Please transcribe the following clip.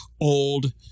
old